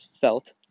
felt